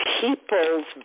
people's